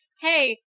Hey